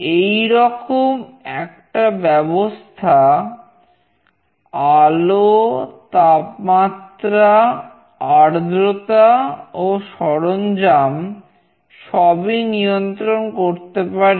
এইরকম একটা ব্যবস্থা আলো তাপমাত্রা আর্দ্রতা ও সরঞ্জাম সবই নিয়ন্ত্রণ করতে পারে